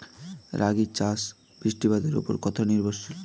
রাগী চাষ বৃষ্টিপাতের ওপর কতটা নির্ভরশীল?